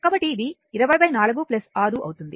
కాబట్టి ఇది 204 6 అవుతుంది